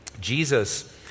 Jesus